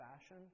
fashion